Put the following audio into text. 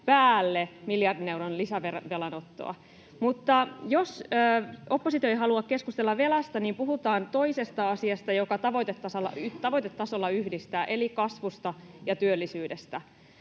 päälle miljardin euron lisävelanottoa. Mutta jos oppositio ei halua keskustella velasta, niin puhutaan toisesta asiasta, joka tavoitetasolla yhdistää, eli kasvusta ja työllisyydestä.